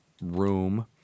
room